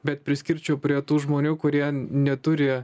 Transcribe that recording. bet priskirčiau prie tų žmonių kurie neturi